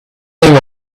thing